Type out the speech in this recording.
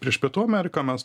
prieš pietų ameriką mes